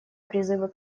призывы